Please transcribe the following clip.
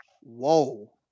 whoa